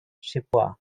chippewa